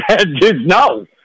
No